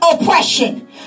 oppression